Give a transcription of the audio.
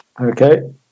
Okay